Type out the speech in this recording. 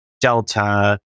Delta